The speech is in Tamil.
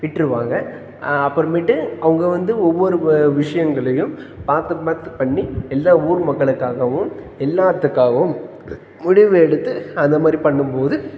விட்டுருவாங்க அப்புறமேட்டு அவங்க வந்து ஒவ்வொரு வ விஷயங்களையும் பார்த்து பார்த்து பண்ணி எல்லா ஊர் மக்களுக்காகவும் எல்லாத்துக்காகவும் முடிவு எடுத்து அந்த மாதிரி பண்ணும் போது